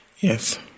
Yes